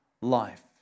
life